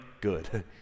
good